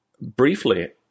briefly